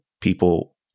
people